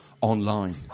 online